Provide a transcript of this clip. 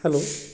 hello